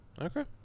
Okay